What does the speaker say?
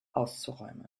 auszuräumen